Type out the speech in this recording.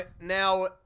Now –